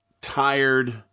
tired